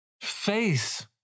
Faith